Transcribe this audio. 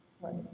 Right